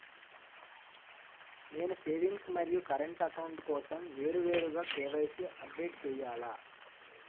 నేను సేవింగ్స్ మరియు current account కోసం వేరువేరుగా కే.వై.సీ అప్డేట్ చేయాలా?